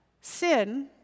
Sin